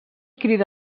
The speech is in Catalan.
crida